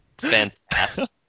fantastic